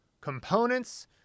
components